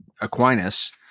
Aquinas